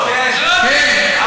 להשיב.